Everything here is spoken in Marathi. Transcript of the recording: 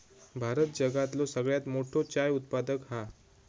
भारत जगातलो सगळ्यात मोठो चाय उत्पादक हा